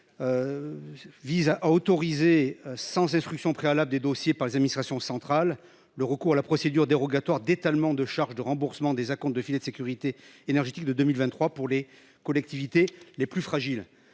donc à autoriser, sans instruction préalable des dossiers par les administrations centrales, le recours à la procédure dérogatoire d’étalement des charges de remboursement des acomptes du filet de sécurité énergétique versés en 2023, pour les collectivités les plus fragiles.